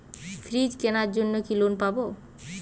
Fridge কেনার জন্য কি লোন পাব?